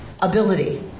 ability